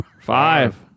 five